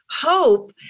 hope